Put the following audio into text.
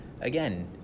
again